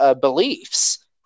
beliefs